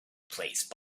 replaced